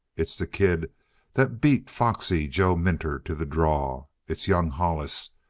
it's the kid that beat foxy joe minter to the draw. it's young hollis.